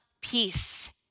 peace